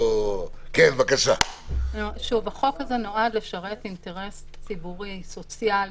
החוק הזה נועד לשרת אינטרס ציבורי, סוציאלי,